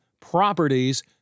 Properties